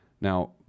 Now